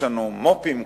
כבר יש לנו מו"פים,